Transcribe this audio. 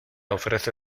ofrece